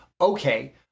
okay